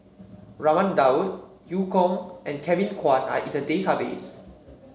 Raman Daud Eu Kong and Kevin Kwan are in the database